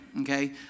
okay